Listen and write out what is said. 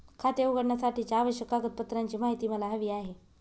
खाते उघडण्यासाठीच्या आवश्यक कागदपत्रांची माहिती मला हवी आहे